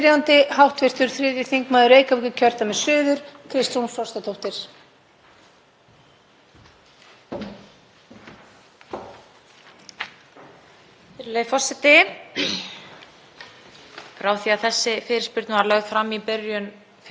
Virðulegi forseti. Frá því að þessi fyrirspurn var lögð fram í byrjun febrúar hefur verðbólgan haldið áfram að hækka og mældist 6,2% núna í febrúar og það má búast við hátt í 7% verðbólgu í nýjum tölum Hagstofunnar í fyrramálið.